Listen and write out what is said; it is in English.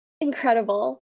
Incredible